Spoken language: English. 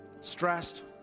stressed